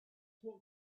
what